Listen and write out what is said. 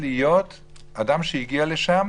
אדם שהגיע לשם